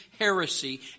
heresy